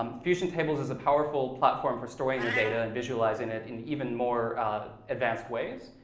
um fusion tables is a powerful platform for storing your data and visualizing it in even more advanced ways.